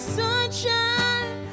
sunshine